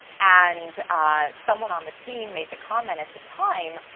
and ah someone on the team made the comment at the time,